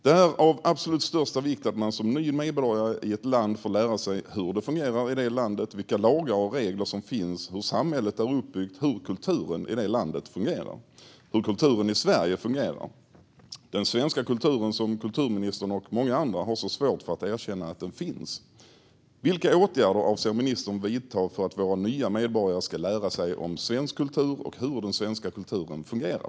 Det är av absolut största vikt att man som ny medborgare i ett land får lära sig hur det fungerar i det landet, vilka lagar och regler som finns, hur samhället är uppbyggt och hur kulturen i det landet - i detta fall Sverige - fungerar. Kulturministern och många andra har ju svårt att erkänna att den svenska kulturen finns. Vilka åtgärder avser ministern att vidta för att våra nya medborgare ska lära sig om svensk kultur och hur den svenska kulturen fungerar?